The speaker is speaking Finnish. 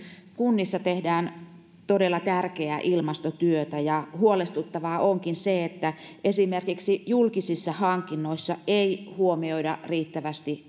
kunnissa tehdään todella tärkeää ilmastotyötä ja huolestuttavaa onkin se että esimerkiksi julkisissa hankinnoissa ei huomioida riittävästi